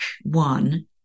one